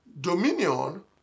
Dominion